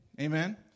Amen